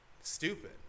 stupid